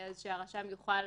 שהרשם יוכל